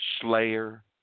slayer